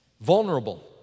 vulnerable